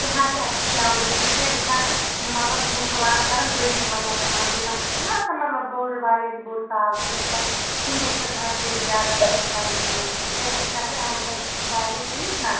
تِم حظ چھِ اسہِ نِش ایٚوَلیبٕل تہِ کیازِ أسۍ حظ چھِ مطلب یِم پٕلان کَران بٔڑٕے مطلب خانٛدر یِم آسان چھِنَہ آسان مطلب بۄڑ واریاہ بوٚڑ سال چھُ آسان تِہنٛدے خٲطرٕ حظ چھِ أسۍ زیادٕ تر کَران کٲم تہِ کیازِ اسہِ چھِ آسان ایٚمپٕلاے تہِ چھِ اسہِ وارِیاہ تھَمِتۍ نَہ